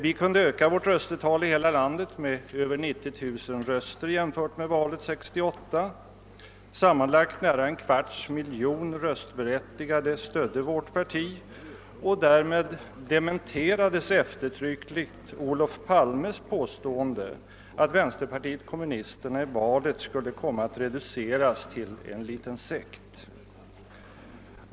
Vi kunde öka vårt röstetal i hela landet med över 90000 röster jämfört med valet 1968. Sammanlagt nära en kvarts miljon röstberättigade stödde vårt parti, och därmed dementerades eftertryckligt Olof Palmes påstående att vänsterpartiet kommunisterna i valet skulle komma att reduceras till en liten sekt.